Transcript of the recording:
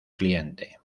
cliente